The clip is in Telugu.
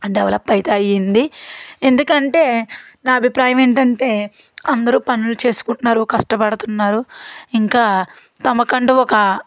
డెవలప్ అయితే అయింది ఎందుకంటే నా అభిప్రాయం ఏంటంటే అందరూ పనులు చేసుకుంటున్నారు కష్టపడుతున్నారు ఇంకా తమకి అంటూ ఒక